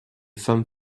femmes